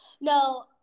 No